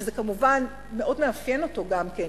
שזה כמובן מאוד מאפיין אותו גם כן,